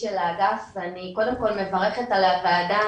של האגף ואני קודם כל מברכת על הוועדה,